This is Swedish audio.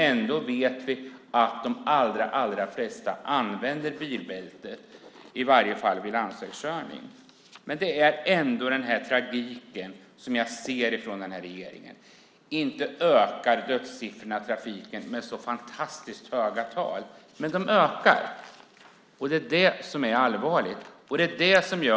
Ändå vet vi att de allra flesta använder bilbälte, i varje fall vid landsvägskörning. Det är ändå den här tragiken som jag ser från den här regeringen. Inte ökar dödssiffrorna i trafiken med så fantastiskt höga tal, men de ökar. Det är det som är allvarligt.